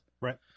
Right